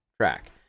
track